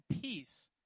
peace